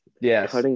Yes